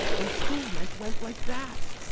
improvement went like that.